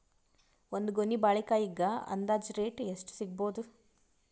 ಒಂದ್ ಗೊನಿ ಬಾಳೆಕಾಯಿಗ ಅಂದಾಜ ರೇಟ್ ಎಷ್ಟು ಸಿಗಬೋದ?